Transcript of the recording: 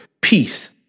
peace